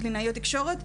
קלינאיות תקשורת,